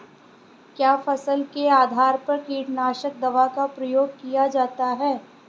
क्या फसल के आधार पर कीटनाशक दवा का प्रयोग किया जाता है?